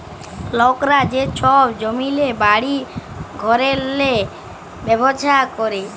লকরা যে ছব জমিল্লে, বাড়ি ঘরেল্লে ব্যবছা ক্যরে